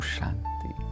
Shanti